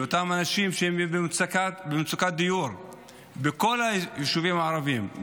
לאותם אנשים שהם במצוקת דיור בכל היישובים הערביים,